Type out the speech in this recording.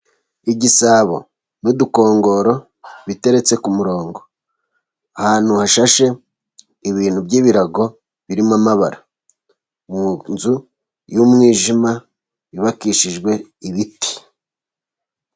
Igisabo n'udukongoro biteretse ku murongo, ahantu hashashe ibintu by'ibirago birimo amabara, mu nzu y'umwijima yubakishijwe ibiti.